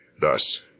Thus